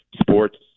sports